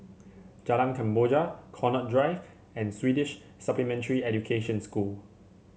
Jalan Kemboja Connaught Drive and Swedish Supplementary Education School